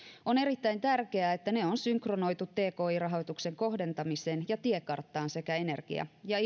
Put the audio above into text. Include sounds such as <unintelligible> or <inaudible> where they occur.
on erittäin tärkeää että ne on synkronoitu tki rahoituksen kohdentamiseen ja tiekarttaan sekä energia ja <unintelligible>